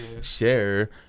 Share